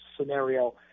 scenario